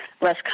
less